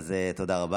אתה צעיר, תודה רבה.